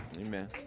Amen